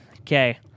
Okay